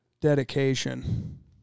dedication